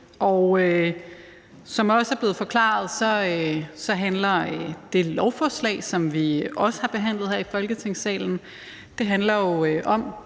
og som det også er blevet forklaret, handlede det lovforslag, som vi også har behandlet her i Folketingssalen, jo om,